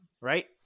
right